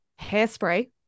Hairspray